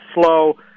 slow